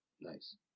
Nice